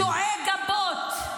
קטועי גפיים,